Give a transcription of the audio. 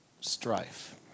strife